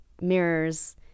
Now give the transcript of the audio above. mirrors